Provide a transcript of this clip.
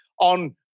on